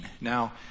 Now